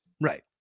Right